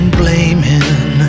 blaming